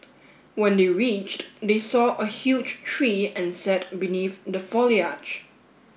when they reached they saw a huge tree and sat beneath the foliage